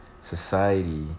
society